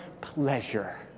pleasure